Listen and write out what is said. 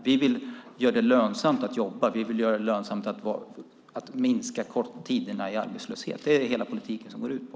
Vi vill göra det lönsamt att jobba och minska tiderna i arbetslöshet. Det är vad hela politiken går ut på.